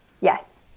Yes